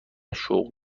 شغل